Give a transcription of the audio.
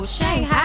Shanghai